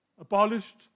abolished